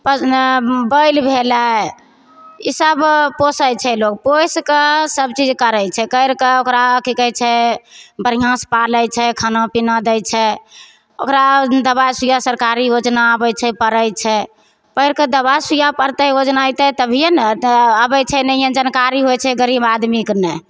प बैल भेलै ईसब पोसै छै लोक पोसिके सबचीज करै छै करिके ओकरा कि कहै छै बढ़िआँसे पालै छै खानापिना दै छै ओकरा ओहिदिन दवाइ सुइआ सरकारी योजना आबै छै पड़ै छै पड़िके दवाइ सुइआ पड़तै योजना अएतै तभिए ने तऽ आबै छै नहिए ने जानकारी होइ छै गरीब आदमीकेँ नहि